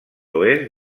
oest